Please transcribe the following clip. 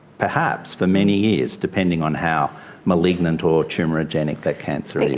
perhaps for many years, depending on how malignant or tumorigenic that cancer is.